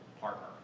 partner